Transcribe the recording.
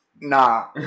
Nah